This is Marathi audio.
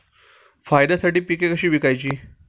फायद्यासाठी पिके कशी विकायची?